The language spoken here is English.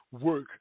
work